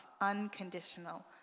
unconditional